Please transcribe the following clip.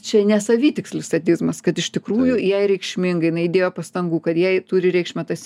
čia ne savitikslis sadizmas kad iš tikrųjų jai reikšminga jinai įdėjo pastangų kad jai turi reikšmę tas